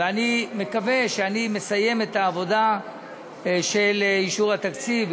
ואני מקווה שאני מסיים את העבודה של אישור התקציב,